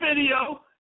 video